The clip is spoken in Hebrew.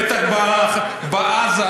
בטח בעזה,